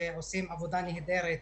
שעושים עבודה נהדרת